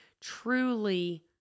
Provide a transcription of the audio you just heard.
truly